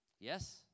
Yes